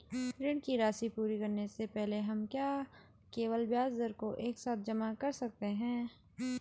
ऋण की राशि पूरी करने से पहले हम क्या केवल ब्याज दर को एक साथ जमा कर सकते हैं?